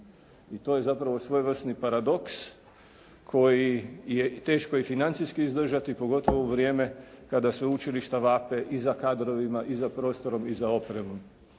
i to je zapravo svojevrsni paradoks, koji je teško i financijski izdržati, pogotovo u vrijeme kada sveučilišta vape i za kadrovima i za prostorom i za opremom.